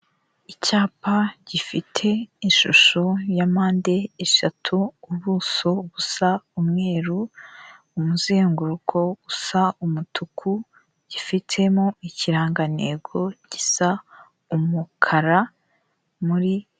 Icyapa gifite ishusho ya mpande eshatu, ubuso busa umweru, umuzenguruko usa umutuku, gifitemo ikirangantego gisa umukara muri...